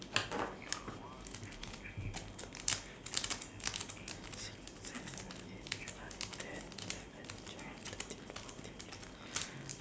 six seven eight nine ten eleven twelve thirteen fourteen fifteen